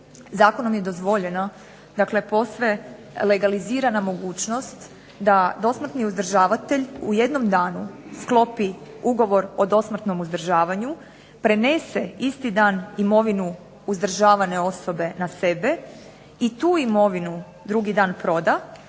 zakonom je dozvoljeno, dakle posve legalizirana mogućnost da dosmrtni uzdržavatelj u jednom danu sklopi ugovor o dosmrtnom uzdržavanju, prenese isti dan imovinu uzdržavane osobe na sebe i tu imovinu drugi dan proda,